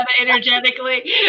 energetically